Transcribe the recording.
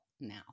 now